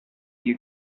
you